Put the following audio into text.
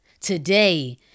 today